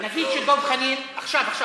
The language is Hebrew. נגיד שדב חנין עכשיו עכשיו,